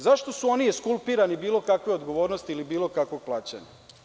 Zašto su oni eskulpirani bilo kakve odgovornosti ili bilo kakvog plaćanja?